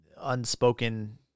unspoken